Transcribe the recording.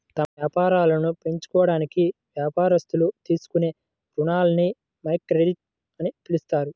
తమ వ్యాపారాలను పెంచుకోవడానికి వ్యాపారస్తులు తీసుకునే రుణాలని మైక్రోక్రెడిట్ అని పిలుస్తారు